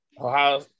Ohio